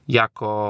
jako